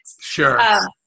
Sure